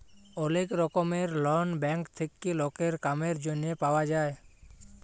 ওলেক রকমের loan bank থেক্যে লকের কামের জনহে পাওয়া যায়